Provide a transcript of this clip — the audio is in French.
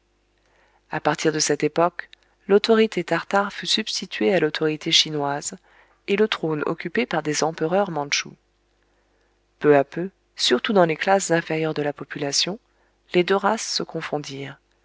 a partir de cette époque l'autorité tartare fut substituée à l'autorité chinoise et le trône occupé par des empereurs mantchoux peu à peu surtout dans les classes inférieures de la population les deux races se confondirent